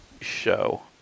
show